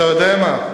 אתה יודע מה?